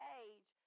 age